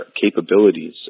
capabilities